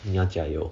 你要加油